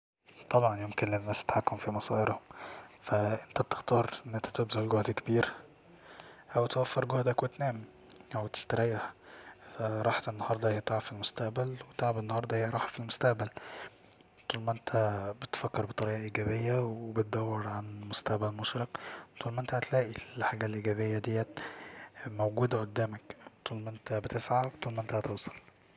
طبعا يمكن للناس التحكم في مصائرهم ف انت بتختار أن انت تبذل جهد كبير او توفر جهدك وتنام او تستريح راحة النهاردة هي تعب في المستقبل وتعب النهاردة هي راحة في المستقبل طول ما انت بتفكر بطريقة إيجابية وبتدور عن مستقبل مشرق طول ما انت هتلاقي الحاجة الإيجابية دي موجودة قدامك طول م انت بتسعى طول ما انت هتوصل